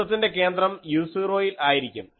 വൃത്തത്തിൻ്റെ കേന്ദ്രം u0 ൽ ആയിരിക്കും